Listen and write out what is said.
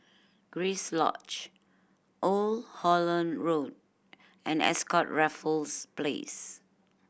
Grace Lodge Old Holland Road and Ascott Raffles Place